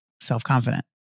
self-confident